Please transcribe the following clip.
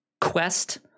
quest